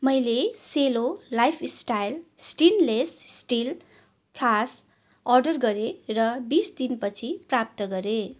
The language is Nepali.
मैले Cello lifestyle stainless steel flask order गरेँ र बिस दिनपछि प्राप्त गरेँ